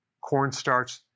cornstarch